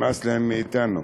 נמאס להם מאתנו.